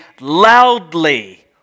loudly